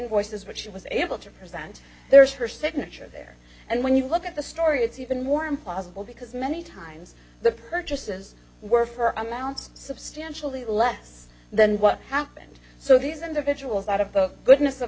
voices which she was able to present there is her signature there and when you look at the story it's even more impossible because many times the purchases were for i'm ounce substantially less than what happened so these individuals out of the goodness of